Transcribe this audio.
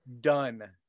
Done